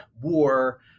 war